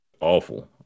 awful